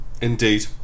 Indeed